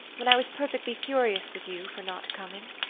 when i was perfectly furious with you for not coming.